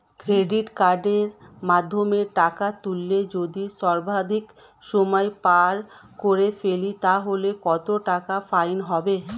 Credit কার্ডের মাধ্যমে টাকা তুললে যদি সর্বাধিক সময় পার করে ফেলি তাহলে কত টাকা ফাইন হবে?